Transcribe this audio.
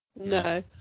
no